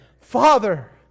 Father